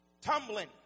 Tumbling